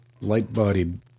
light-bodied